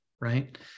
right